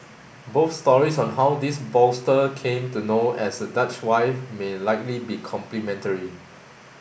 both stories on how this bolster came to be known as a Dutch wife may likely be complementary